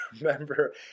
remember